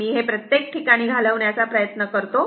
मी हे प्रत्येक ठिकाणी घालवण्याचा प्रयत्न करतो